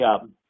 job